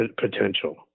potential